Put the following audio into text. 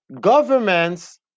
governments